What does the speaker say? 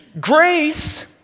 Grace